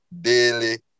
daily